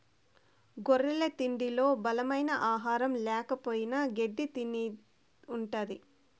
గొర్రెల తిండిలో బలమైన ఆహారం ల్యాకపోయిన గెడ్డి తిని ఉంటది